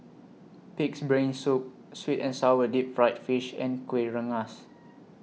Pig'S Brain Soup Sweet and Sour Deep Fried Fish and Kueh Rengas